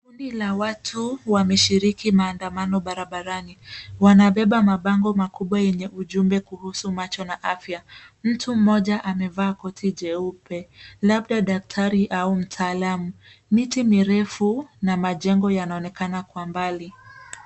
Kundi la watu wameshiriki maandamano barabarani. Wanabeba mabango makubwa yenye ujumbe kuhusu macho na afya. Mtu mmoja amevaa koti jeupe labda daktari au mtaalamu. Miti mirefu na majengo yanaonekana kwa mbali.